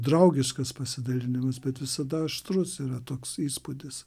draugiškas pasidalinimas bet visada aštrus yra toks įspūdis